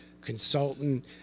consultant